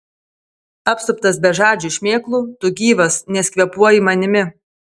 apsuptas bežadžių šmėklų tu gyvas nes kvėpuoji manimi